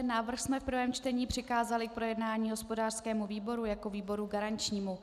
Návrh jsme v prvém čtení přikázali k projednání hospodářskému výboru jako výboru garančnímu.